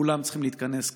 כולם צריכים להתכנס,